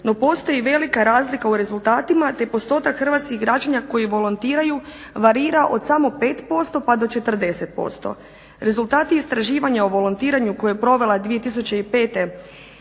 no postoji velika razlika u rezultatima te postotak hrvatskih građana koji volontiraju varira od samo 5%-40%. Rezultati istraživanja o volontiranju koje je provela 2005.